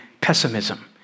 pessimism